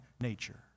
nature